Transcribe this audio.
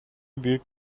büyük